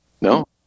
No